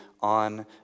on